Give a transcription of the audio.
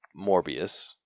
Morbius